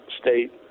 state